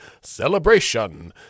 celebration